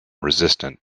resistant